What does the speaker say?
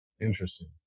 Interesting